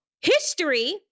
History